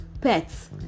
pets